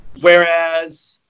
Whereas